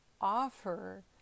offer